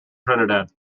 trinidad